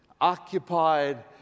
occupied